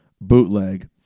bootleg